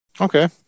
Okay